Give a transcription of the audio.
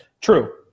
True